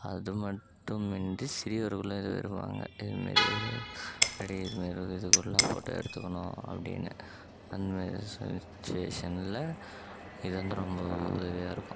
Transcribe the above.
அது மட்டுமின்றி சிறியவர்களும் இத விரும்புவாங்க இது மாரி இது கரடி இது மாரி இது கூடலாம் ஃபோட்டோ எடுத்துக்கணும் அப்படின்னு அந்த மாரி சுச்சுவேஷனில் இது வந்து ரொம்ப உதவியாக இருக்கும்